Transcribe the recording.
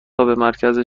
مرکز